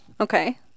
Okay